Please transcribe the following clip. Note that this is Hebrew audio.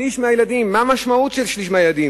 שליש מהילדים, מה המשמעות של שליש מהילדים?